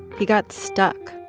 he got stuck,